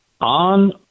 on